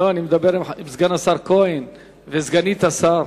לא, אני מדבר עם סגן השר כהן, וסגנית השר.